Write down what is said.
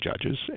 judges